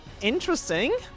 Interesting